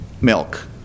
milk